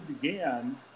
began